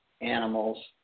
animals